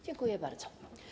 Dziękuję bardzo.